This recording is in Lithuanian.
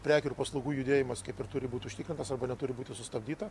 prekių ir paslaugų judėjimas kaip ir turi būt užtikrintas arba neturi būti sustabdyta